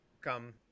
come